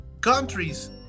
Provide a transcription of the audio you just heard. countries